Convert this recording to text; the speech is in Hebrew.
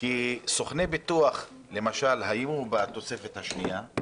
כי סוכני ביטוח למשל היו בתוספת השנייה,